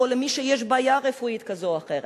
או מי שיש לו בעיה רפואית כזו או אחרת.